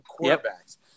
quarterbacks